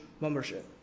membership